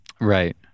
Right